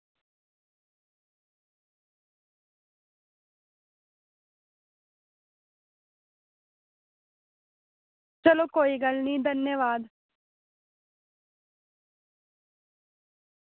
चलो कोई गल्ल निं धन्यबाद